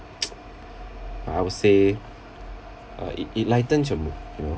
I would say uh it it lightens your mood you know